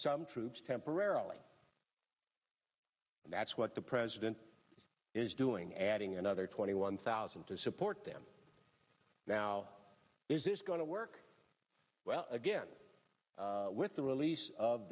some troops temporarily and that's what the president is doing adding another twenty one thousand to support them now is this going to work well again with the release of